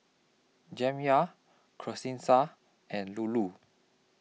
Jamya Charissa and Lulu